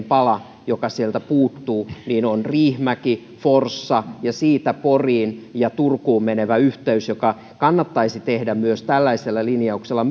pala joka sieltä puuttuu on riihimäeltä forssaan ja siitä poriin ja turkuun menevä yhteys joka kannattaisi tehdä myös tällaisella linjauksella